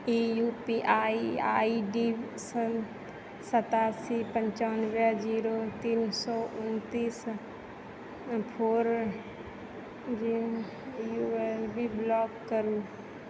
E U P I I D सतासी पन्चानबे zero तीन सए उनतीस four U L B block करू